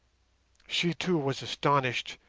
she, too, was astonished,